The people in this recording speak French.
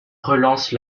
relance